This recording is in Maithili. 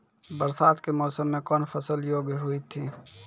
बरसात के मौसम मे कौन फसल योग्य हुई थी?